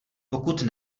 pokud